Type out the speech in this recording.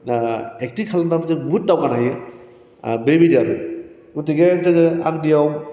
acting खालामनाबो जों बुहुत दावगानो हायो आह बैबायदि आरोखि हथिके जोङो आंनियाव